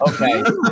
Okay